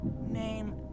Name